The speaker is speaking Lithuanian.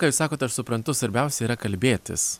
ką jūs sakot aš suprantu svarbiausia yra kalbėtis